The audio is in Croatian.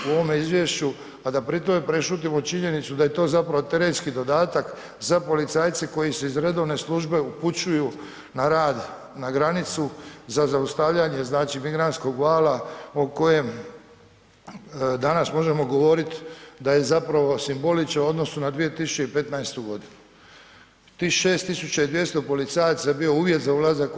U ovome izvješću, a da pri tome prešutimo činjenicu da je to zapravo terenski dodatak za policajce koji se iz redovne službe upućuju na rad na granicu za zaustavljanje, znači, migrantskog vala o kojem danas možemo govorit da je zapravo simbolično u odnosu na 2015.g. Tih 6200 policajaca je bio uvjet za ulazak u EU.